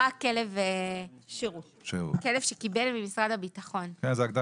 כלב שקיבל ממשרד הביטחון.